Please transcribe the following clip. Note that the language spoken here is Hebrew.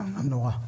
אני ראש